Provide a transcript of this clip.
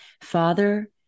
father